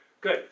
good